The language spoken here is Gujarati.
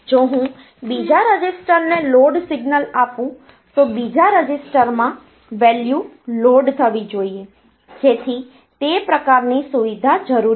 જો હું બીજા રજીસ્ટરને લોડ સિગ્નલ આપું તો બીજા રજીસ્ટરમાં વેલ્યુ લોડ થવી જોઈએ જેથી તે પ્રકારની સુવિધા જરૂરી છે